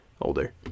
older